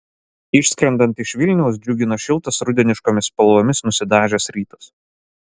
išskrendant iš vilniaus džiugino šiltas rudeniškomis spalvomis nusidažęs rytas